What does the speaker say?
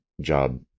job